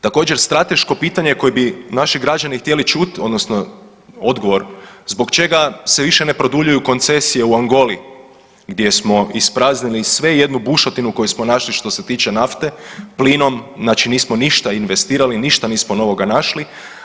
Također strateško pitanje koje bi naši građani htjeli čuti, odnosno odgovor zbog čega se više ne produljuju koncesije u Angoli gdje smo ispraznili sve i jednu bušotinu koju smo našli što se tiče nafte plinom, znači nismo ništa investirali, ništa nismo novoga našli.